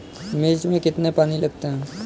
मिर्च में कितने पानी लगते हैं?